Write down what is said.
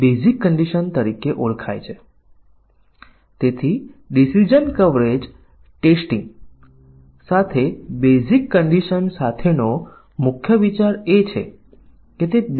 પરંતુ શું જો કોડમાં કેટલાક ફંકશન નથી કે જે ત્યાં હોવા જોઇયે કેમકે તે આવશ્યકતાઓમાં છે કે આ ઇનપુટ હેઠળ આ ક્રિયા થવી જોઈએ પરંતુ તે પછી કોડનો તે ભાગ ખૂટે છે તેના માટે કોઈ કોડ નથી